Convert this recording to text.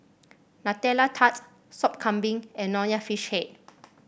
Nutella Tart Sop Kambing and Nonya Fish Head